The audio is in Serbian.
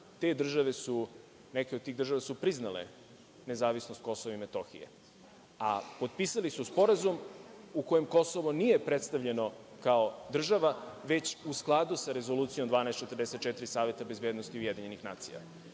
Balkana. Neke od tih država su priznale nezavisnost Kosova i Metohije, a potpisali su Sporazum u kojem Kosovo nije predstavljeno kao država, već u skladu sa Rezolucijom 1244 Saveta bezbednosti UN.Da Srbija